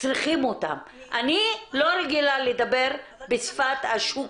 אני לא רגילה לדבר בשפת השוק